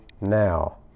now